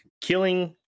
Killing